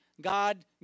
God